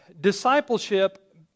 discipleship